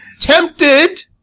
Tempted